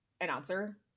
announcer